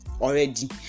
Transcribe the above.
already